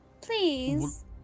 Please